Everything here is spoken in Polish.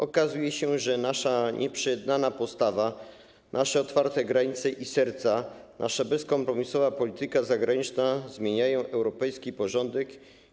Okazuje się, że nasza nieprzejednana postawa, nasze otwarte granice i serca, nasza bezkompromisowa polityka zagraniczna zmieniają europejski porządek.